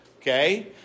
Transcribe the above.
Okay